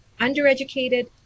undereducated